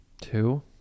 Two